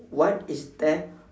what is the